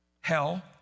Hell